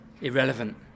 irrelevant